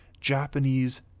Japanese